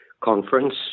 conference